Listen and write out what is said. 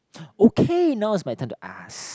okay now is my turn to ask